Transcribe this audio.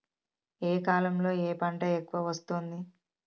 ఏ కాలంలో ఏ పంట ఎక్కువ వస్తోంది?